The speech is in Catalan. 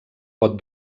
pot